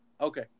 Okay